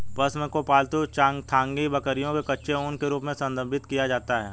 पश्म को पालतू चांगथांगी बकरियों के कच्चे ऊन के रूप में संदर्भित किया जाता है